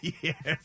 Yes